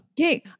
Okay